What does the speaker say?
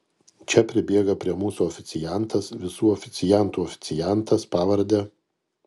čia pribėga prie mūsų oficiantas visų oficiantų oficiantas pavarde